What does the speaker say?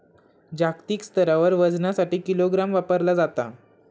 जागतिक स्तरावर वजनासाठी किलोग्राम वापरला जाता